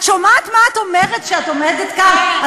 את שומעת מה את אומרת, כן.